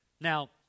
Now